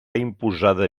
imposada